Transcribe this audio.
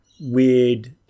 weird